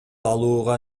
алууга